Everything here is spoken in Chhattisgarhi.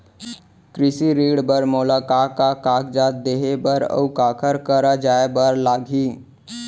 कृषि ऋण बर मोला का का कागजात देहे बर, अऊ काखर करा जाए बर लागही?